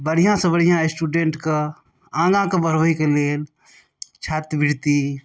बढ़िआँ सँ बढ़िआँ स्टूडेंटके आगा कऽ बढ़बैके लेल छात्रवृत्ति